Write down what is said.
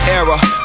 era